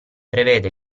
prevede